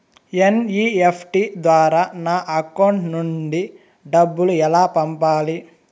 NEFT ద్వారా నా account నుండి డబ్బులు ఎలా పంపాలి